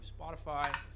Spotify